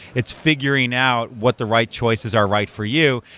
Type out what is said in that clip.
it's figuring out what the right choices are right for you,